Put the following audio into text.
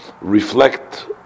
reflect